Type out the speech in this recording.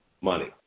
money